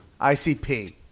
ICP